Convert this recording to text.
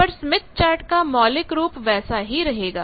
पर Smith chart का मौलिक रूप वैसा ही रहेगा